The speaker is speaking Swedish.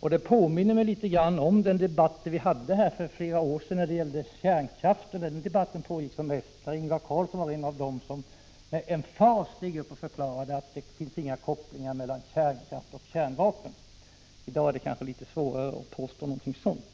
Det påminner mig litet grand om den debatt som vi hade för flera år sedan när det gällde kärnkraften. När den debatten pågick som bäst var Ingvar Carlsson en av dem som med emfas förklarade att det inte fanns någon koppling mellan kärnkraft och kärnvapen. I dag är det kanske litet svårare att påstå något sådant.